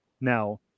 now